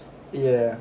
ya